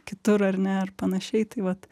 kitur ar ne ar panašiai tai vat